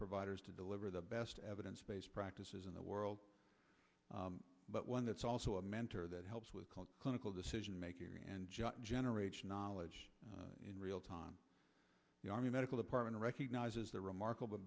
providers to deliver the best evidence based practices in the world but one that's also a mentor that helps with called clinical decision making and generate knowledge in real time the army medical department recognizes the remarkable